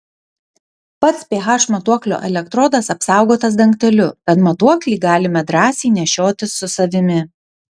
pats ph matuoklio elektrodas apsaugotas dangteliu tad matuoklį galime drąsiai nešiotis su savimi